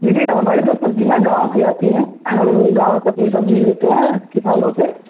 जी जी हमारी तो सब्ज़ियाँ गाँव से आती हैं हम गाँव से अपनी सब्ज़ी लेते हैं किसानों से